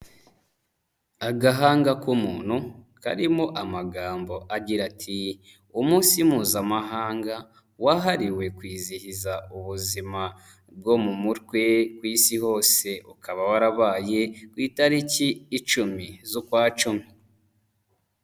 Agahanga k'umuntu karimo amagambo agira ati: "Umunsi Mpuzamahanga wahariwe kwizihiza ubuzima bwo mu mutwe ku Isi hose." Ukaba warabaye ku itariki icumi z'ukwa cumi.